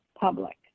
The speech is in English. public